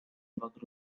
bug